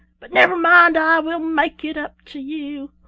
but never mind i will make it up to you.